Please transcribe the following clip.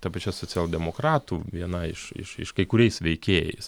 ta pačia socialdemokratų viena iš iš iš kai kuriais veikėjais